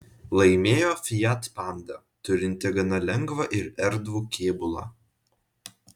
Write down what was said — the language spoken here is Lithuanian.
laimėjo fiat panda turinti gana lengvą ir erdvų kėbulą